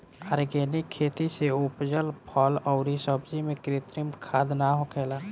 organic खेती से उपजल फल अउरी सब्जी में कृत्रिम खाद ना होखेला